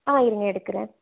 ஆ இருங்க எடுக்கிறேன்